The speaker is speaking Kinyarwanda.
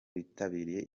bitabiriye